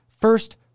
first